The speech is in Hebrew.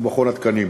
ומכון התקנים.